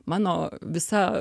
mano visa